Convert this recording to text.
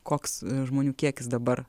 koks žmonių kiekis dabar